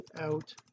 out